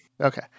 Okay